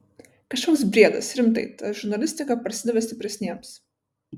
kažkoks briedas rimtai ta žurnalistika parsidavė stipresniems